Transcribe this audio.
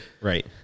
right